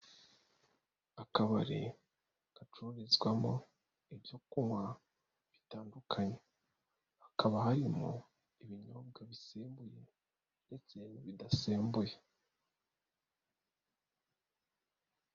Akabari gacururizwamo ibyo kunywa bitandukanye. Hakaba harimo ibinyobwa bisembuye ndetse bidasembuye.